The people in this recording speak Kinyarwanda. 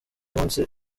munsi